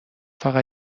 فقط